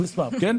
כן.